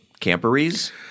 camperies